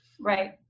right